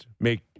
make